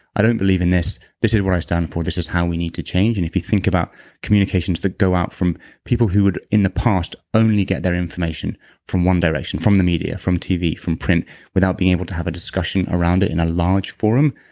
i don't believe in this. this is what i stand for. this is how we need to change. and if you think about communications that go out from people who would, in the past only get their information from one direction, from the media, from tv, tv, from print without being able to have a discussion around it in a large forum,